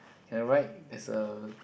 and right there's a